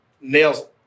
nails